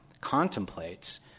contemplates